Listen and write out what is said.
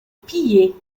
pillée